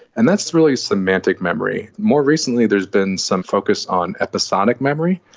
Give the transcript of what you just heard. and that's really semantic memory. more recently there has been some focus on episodic memory.